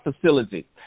facility